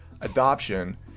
adoption